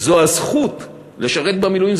הזכות לשרת במילואים.